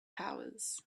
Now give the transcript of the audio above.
powers